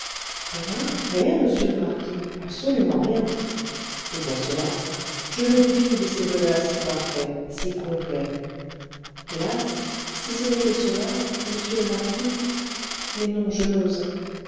rien rien monsieur le marquis absolument rien c'est pour cela je me défie de ces bonheurs si parfaits si complets hélas si ce n'est que cela monsieur le marquis mais non je n'ose